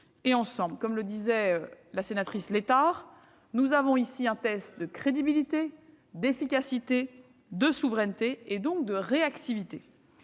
et ensemble. Comme le disait Valérie Létard, c'est un test de crédibilité, d'efficacité, de souveraineté, donc de réactivité.